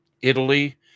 Italy